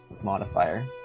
modifier